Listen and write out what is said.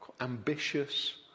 ambitious